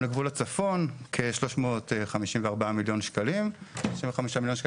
לגבול הצפון כ-354 מיליון שקלים ו-35 מיליון שקלים